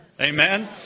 Amen